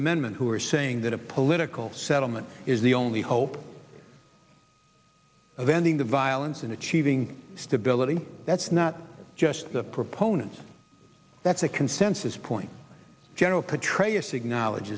amendment who are saying that a political settlement is the only hope of ending the violence and achieving stability that's not just the proponents that's a consensus point general petraeus acknowledge